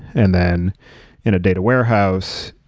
and then in a data warehouse,